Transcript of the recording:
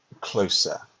closer